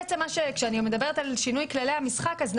כשאני מדברת על שינוי כללי המשחק אז,